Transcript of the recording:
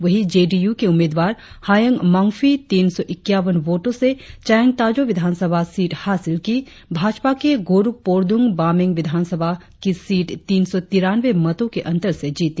वहीं J D U के उम्मीदवार हायेंग मंगफी तीन सौ इक्यानव वोटों से चायांग ताजों विधानसभा सीट हासिल की भाजपा के गोरुक पोरड़ुंग बामेंग विधानसभा की सीट तीन सौ तिरानवें मतों के अंतर से जीती